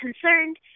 concerned